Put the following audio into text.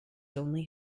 only